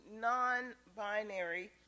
non-binary